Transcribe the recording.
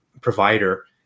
provider